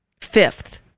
Fifth